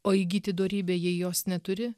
o įgyti dorybę jei jos neturi